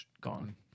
gone